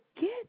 get